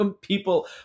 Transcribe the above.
People